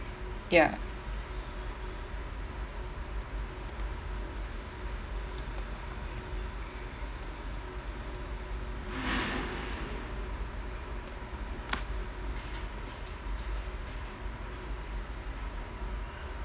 ya